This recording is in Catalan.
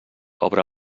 obre